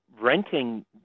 renting